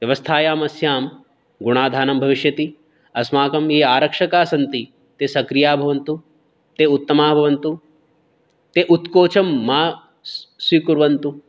व्यवस्थायां अस्यां गुणाधानं भविष्यति अस्माकं ये आरक्षकाः सन्ति ते सक्रियाः भवन्तु ते उत्तमाः भवन्तु ते उत्कोचं मा स्वी स्वीकुर्वन्तु